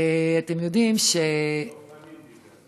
אתם יודעים, דב חנין דיבר.